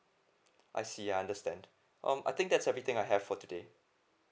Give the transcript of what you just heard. I see I understand um I think that's everything I have for today